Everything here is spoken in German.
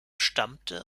stammte